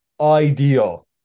ideal